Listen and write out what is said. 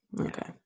Okay